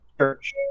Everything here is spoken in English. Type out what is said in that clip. church